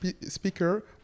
speaker